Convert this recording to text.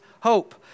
hope